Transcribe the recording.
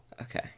Okay